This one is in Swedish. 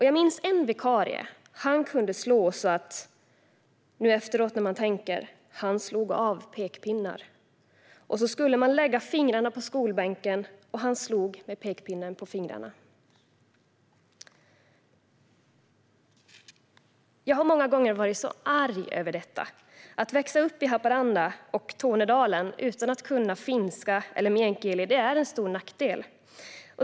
Jag minns en vikarie, han kunde slå så att. nu efteråt när man tänker. Han slog av pekpinnar. Och så skulle man lägga fingrarna på skolbänken och han slog med pekpinnen på fingrarna." Jag har många gånger varit arg över detta. Att växa upp i Haparanda och Tornedalen utan att kunna finska eller meänkieli är en stor nackdel.